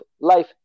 Life